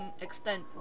extent